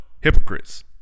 Hypocrites